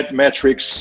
metrics